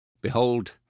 Behold